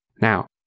Now